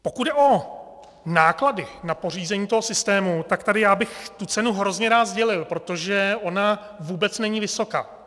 Pokud jde o náklady na pořízení toho systému, tak tady já bych tu cenu hrozně rád sdělil, protože ona vůbec není vysoká.